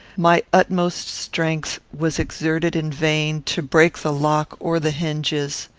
my utmost strength was exerted in vain, to break the lock or the hinges.